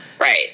Right